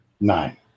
Nine